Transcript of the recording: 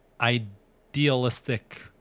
idealistic